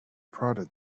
prodded